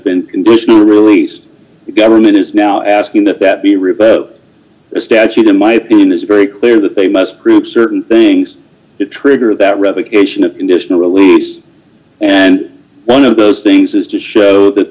been conditional release d the government is now asking that that be read by a statute in my opinion is very clear that they must group certain things trigger that revocation of conditional release and one of those things is to show that